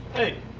hey.